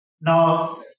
Now